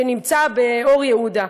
שנמצא באור-יהודה,